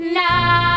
now